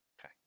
okay